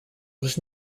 was